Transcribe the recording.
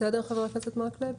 בסדר, חבר הכנסת מקלב?